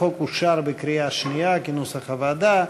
החוק אושר בקריאה שנייה כנוסח הוועדה.